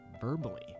verbally